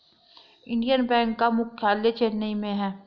Indian bank का मुख्यालय चेन्नई में है